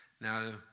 Now